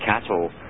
cattle